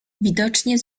widocznie